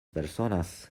personas